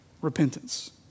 repentance